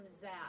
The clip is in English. Zach